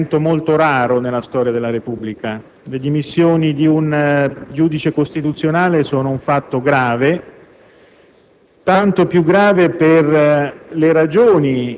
il ministro Rutelli ha ricordato, è un evento molto raro nella storia della Repubblica. Le dimissioni di un giudice costituzionale sono un fatto grave,